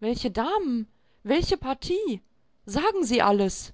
welche damen welche partie sagen sie alles